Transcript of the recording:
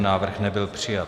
Návrh nebyl přijat.